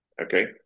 Okay